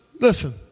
Listen